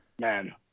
Man